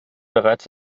bereits